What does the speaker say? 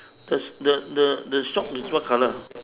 there's the the the shop is what colour